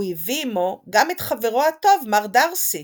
הוא הביא עמו גם את חברו הטוב, מר דארסי,